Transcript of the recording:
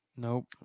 Nope